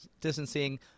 distancing